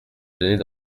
tenait